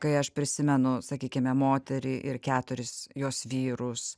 kai aš prisimenu sakykime moterį ir keturis jos vyrus